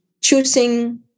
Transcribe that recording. choosing